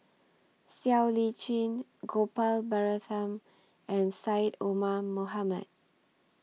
Siow Lee Chin Gopal Baratham and Syed Omar Mohamed